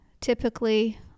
typically